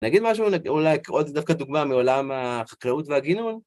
נגיד משהו, אולי אקרא את זה דווקא דוגמה מעולם החקראות והגינון?